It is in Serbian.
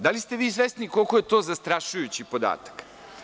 Da li ste vi svesni koliko je to zastrašujući podatak?